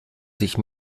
sich